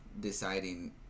deciding